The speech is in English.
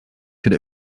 could